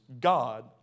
God